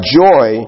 joy